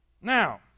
Now